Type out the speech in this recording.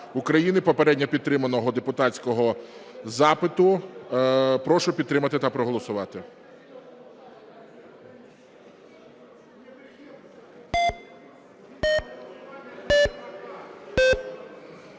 попередньо підтриманого депутатського запиту. Прошу підтримати та проголосувати.